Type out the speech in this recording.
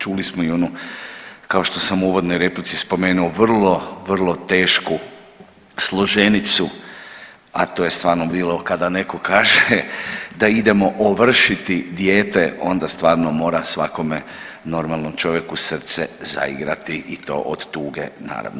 Čuli smo i onu kao što sam u uvodnoj replici spomenuo vrlo, vrlo tešku složenicu, a to je stvarno bilo kada netko kaže da idemo ovršiti dijete, onda stvarno mora svakome normalnom čovjeku srce zaigrati i to od tuge naravno.